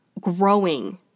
growing